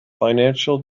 financial